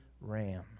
ram